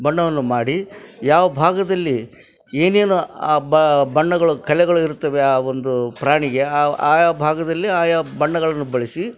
ಬಣ್ಣವನ್ನು ಮಾಡಿ ಯಾವ ಭಾಗದಲ್ಲಿ ಏನೇನು ಆ ಬ ಬಣ್ಣಗಳು ಕಲೆಗಳು ಇರುತ್ತವೆ ಆ ಒಂದು ಪ್ರಾಣಿಗೆ ಆ ಆಯಾ ಭಾಗದಲ್ಲಿ ಆಯಾ ಬಣ್ಣಗಳನ್ನು ಬಳಸಿ